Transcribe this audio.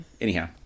Anyhow